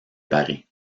paris